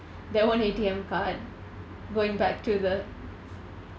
their own A_T_M card going back to the